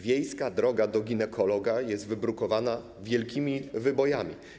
Wiejska droga do ginekologa jest wybrukowana wielkimi wybojami.